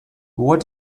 what